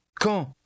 Quand